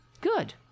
Good